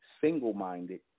single-minded